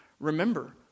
Remember